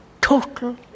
total